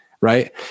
right